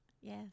yes